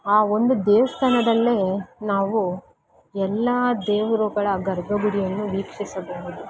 ಆ ಒಂದು ದೇವಸ್ಥಾನದಲ್ಲೇ ನಾವು ಎಲ್ಲ ದೇವರುಗಳ ಗರ್ಭಗುಡಿಯನ್ನು ವೀಕ್ಷಿಸಬಹುದು